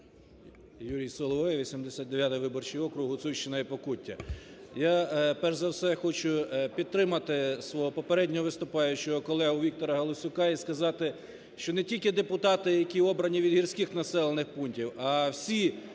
Юрій Соловей, 89 виборчий округ, Гуцульщина і Покуття. Я, перш за все, хочу підтримати свого попереднього виступаючого колегу Віктора Галасюка і сказати, що не тільки депутати, які обрані від гірських населених пунктів, а всі депутати,